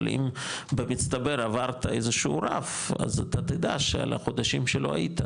אבל אם במצטבר עברת איזשהו רף אז אתה תדע שעל החודשים שלא היית,